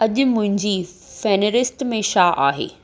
अॼु मुंहिंजी फ़हिरिस्त में छा आहे